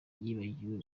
yibagiwe